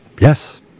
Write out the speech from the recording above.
Yes